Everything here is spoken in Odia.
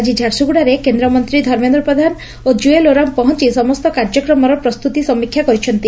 ଆଜି ଝାରସୁଗୁଡ଼ାରେ କେନ୍ଦ୍ରମନ୍ତୀ ଧର୍ମେନ୍ଦ୍ର ପ୍ରଧାନ ଓ ଜୁଏଲ୍ ଓରାମ୍ ପହଞ୍ଚି ସମସ୍ତ କାର୍ଯ୍ୟକ୍ରମର ପ୍ରସ୍ତୁତି ସମୀକ୍ଷା କରିଛନ୍ତି